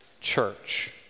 church